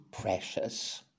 precious